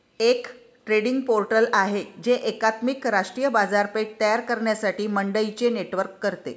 एक trading portal आहे जे एकात्मिक राष्ट्रीय बाजारपेठ तयार करण्यासाठी मंडईंचे नेटवर्क करते